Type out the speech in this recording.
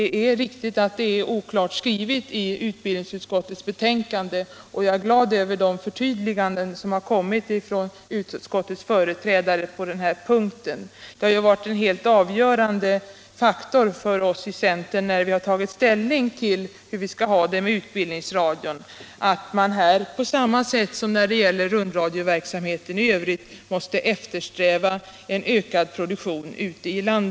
Det är riktigt att det är oklart skrivet i utbildningsutskottets betänkande, och jag är glad över de förtydliganden som kommit från utskottets företrädare på den punkten. Det har varit helt avgörande för oss i centern, när vi har tagit ställning till frågan hur vi skall ha det med utbildningsradion, att man på samma sätt som när det gäller rundradioverksamheten i övrigt skall eftersträva en ökad produktion ute i landet.